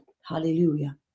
hallelujah